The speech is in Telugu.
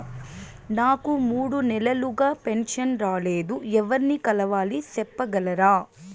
నాకు మూడు నెలలుగా పెన్షన్ రాలేదు ఎవర్ని కలవాలి సెప్పగలరా?